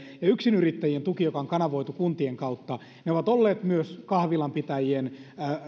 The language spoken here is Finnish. ja yksinyrittäjien tuki joka on kanavoitu kuntien kautta ovat olleet myös kahvilanpitäjien